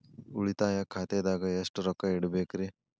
ಉಳಿತಾಯ ಖಾತೆದಾಗ ಎಷ್ಟ ರೊಕ್ಕ ಇಡಬೇಕ್ರಿ?